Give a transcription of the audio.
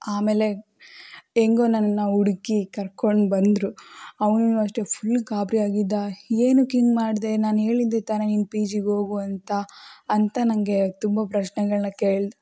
ಆಮೇಲೆ ಹೆಂಗೋ ನನ್ನನ್ನು ಹುಡ್ಕಿ ಕರ್ಕೊಂಡು ಬಂದರು ಅವನೂ ಅಷ್ಟೇ ಫುಲ್ ಗಾಬರಿಯಾಗಿದ್ದ ಏನಕ್ಕೆ ಹಿಂಗ್ ಮಾಡಿದೆ ನಾನು ಹೇಳಿದ್ದೆ ತಾನೇ ನೀನು ಪಿ ಜಿಗೆ ಹೋಗು ಅಂತ ಅಂತ ನನಗೆ ತುಂಬ ಪ್ರಶ್ನೆಗಳನ್ನ ಕೇಳಿದ